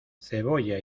cebolla